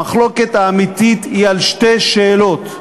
המחלוקת האמיתית היא על שתי שאלות.